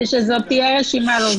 ושזאת תהיה רשימה לא סגורה.